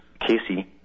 Casey